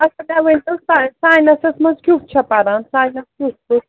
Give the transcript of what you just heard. ؤنۍتو ساے ساینَسَس منٛز کیُتھ چھےٚ پران ساینَس کیُتھ چھُس